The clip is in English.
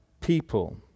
people